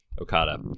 Okada